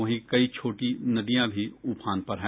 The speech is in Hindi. वहीं कई छोटियां नदियां भी उफान पर हैं